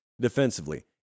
defensively